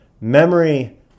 memory